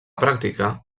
pràctica